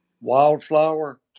Wildflower